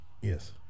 Yes